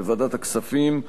בוועדת הכספים,